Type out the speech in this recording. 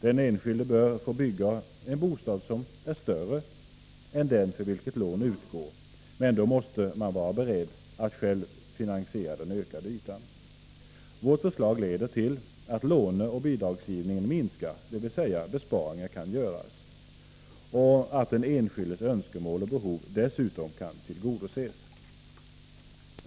Den enskilde bör få bygga en bostad som är större än den för vilken lån utgår, men måste då vara beredd att själv finansiera den tillkommande ytan. Vårt förslag leder till att lånoch bidragsgivningen minskar, dvs. att besparingar kan göras, och till att den enskildes önskemål och behov dessutom kan tillgodoses.